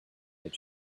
that